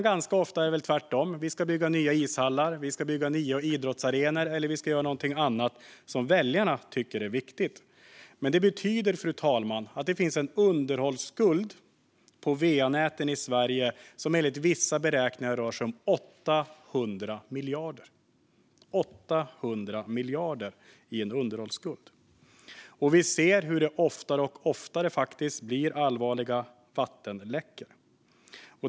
Ganska ofta är det tvärtom: Man säger att man ska bygga nya ishallar, nya idrottsarenor eller göra någonting annat som väljarna tycker är viktigt. Men det betyder, fru talman, att det finns en underhållsskuld på vanäten i Sverige som enligt vissa beräkningar rör sig om 800 miljarder kronor. Vi ser hur det oftare och oftare blir allvarliga vattenläckor.